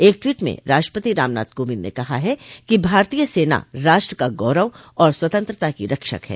एक ट्वीट में राष्ट्रपति रामनाथ कोविंद ने कहा है कि भारतोय सेना राष्ट्र का गौरव और स्वतंत्रता की रक्षक है